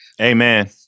Amen